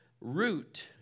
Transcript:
root